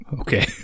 okay